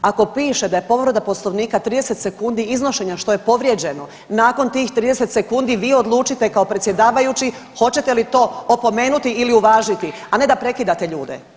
Ako piše da je povreda Poslovnika 30 sekundi iznošenja što je povrijeđeno, nakon tih 30 sekundi vi odlučite kao predsjedavajući hoćete li to opomenuti ili uvažiti, a ne da prekidate ljude.